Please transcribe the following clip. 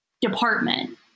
department